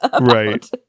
Right